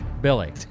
Billy